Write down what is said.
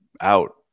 out